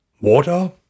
Water